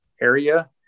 area